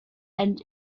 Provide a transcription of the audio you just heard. and